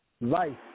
Life